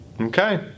Okay